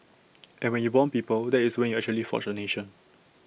and when you Bond people that is when you actually forge A nation